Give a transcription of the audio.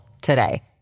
today